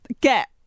get